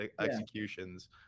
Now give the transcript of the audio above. executions